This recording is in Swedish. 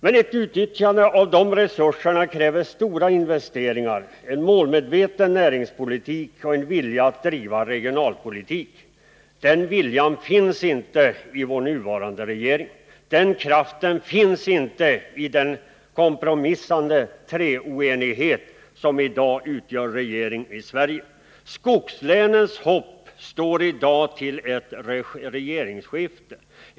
Men ett utnyttjande av "dessa resurser kräver stora investeringar, en målmedveten näringspolitik och en vilja att driva regionalpolitik. Den viljan finns inte i vår nuvarande regering. Den kraften finns inte i den kompromissande treoenighet som i dag utgör regering i Sverige. Skogslänens hopp står i dag till ett regeringsskifte.